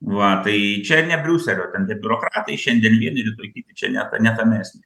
va tai čia ne briuselio ten tie biurokratai šiandien vieni rytoj čia ne ne tame esmė